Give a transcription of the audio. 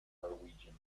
norwegian